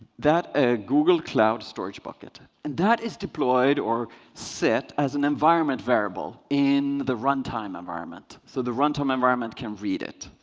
that ah google cloud storage bucket. and that is deployed, or set, as an environment variable in the runtime environment so the runtime environment can read it.